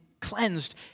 cleansed